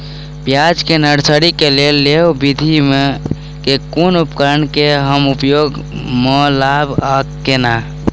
प्याज केँ नर्सरी केँ लेल लेव विधि म केँ कुन उपकरण केँ हम उपयोग म लाब आ केना?